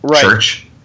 church